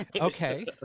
okay